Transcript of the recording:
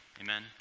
Amen